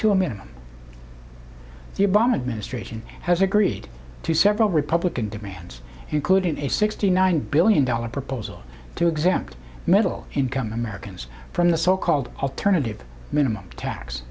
to a minimum the obama administration has agreed to several republican demands including a sixty nine billion dollars proposal to exempt middle income americans from the so called alternative minimum tax